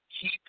keep